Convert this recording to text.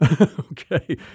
Okay